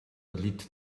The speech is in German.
erlitt